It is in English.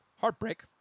heartbreak